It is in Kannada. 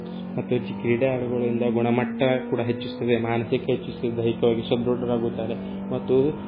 ಮತ್ತು ಕ್ರೀಡಾಳುಗಳಿಂದ ಗುಣಮಟ್ಟ ಕೂಡ ಹೆಚ್ಚಿಸುತ್ತದೆ ಮಾನಸಿಕ ಹೆಚ್ಚಿಸು ದೈಹಿಕವಾಗಿ ಸದೃಢರಾಗುತ್ತಾರೆ ಮತ್ತು